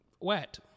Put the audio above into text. wet